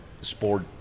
sport